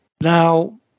Now